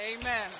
Amen